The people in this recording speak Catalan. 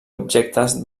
objectes